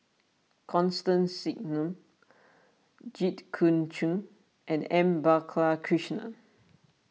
Constance Singam Jit Koon Ch'ng and M Balakrishnan